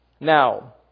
Now